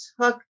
took